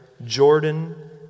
jordan